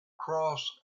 cross